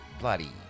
bloody